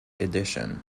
edition